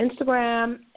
Instagram